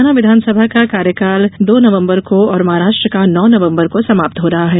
हरियाणा विधानसभा का कार्यकाल दो नवम्बर को और महाराष्ट्र का नौ नवम्बर को समाप्त हो रहा है